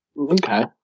Okay